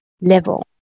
level